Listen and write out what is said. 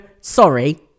sorry